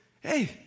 hey